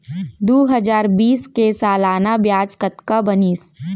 दू हजार बीस के सालाना ब्याज कतना बनिस?